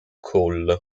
cole